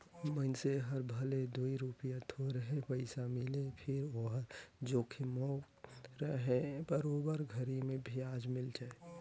मइनसे हर भले दूई रूपिया थोरहे पइसा मिले फिर ओहर जोखिम मुक्त रहें बरोबर घरी मे बियाज मिल जाय